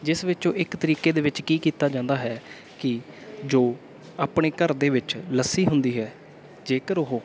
ਜਿਸ ਵਿੱਚੋਂ ਇੱਕ ਤਰੀਕੇ ਦੇ ਵਿੱਚ ਕੀ ਕੀਤਾ ਜਾਂਦਾ ਹੈ ਕਿ ਜੋ ਆਪਣੇ ਘਰ ਦੇ ਵਿੱਚ ਲੱਸੀ ਹੁੰਦੀ ਹੈ ਜੇਕਰ ਉਹ